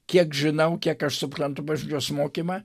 kiek žinau kiek aš suprantu bažnyčios mokymą